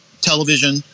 television